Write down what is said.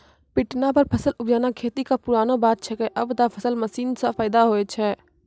पिटना पर फसल उपजाना खेती कॅ पुरानो बात छैके, आबॅ त फसल मशीन सॅ पैदा होय छै